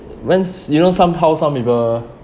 when's you know some how some people